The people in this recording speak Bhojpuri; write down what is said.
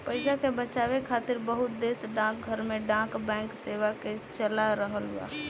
पइसा के बचावे खातिर बहुत देश डाकघर में डाक बैंक सेवा के चला रहल बा